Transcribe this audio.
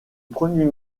premier